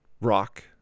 rock